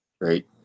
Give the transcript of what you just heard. Great